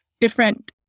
different